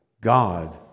God